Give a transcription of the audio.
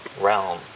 realm